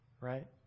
right